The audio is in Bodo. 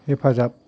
हेफाजाब